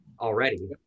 already